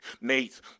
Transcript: Nate